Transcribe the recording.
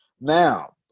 now